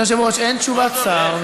אין תשובת שר.